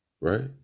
right